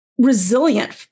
resilient